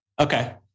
Okay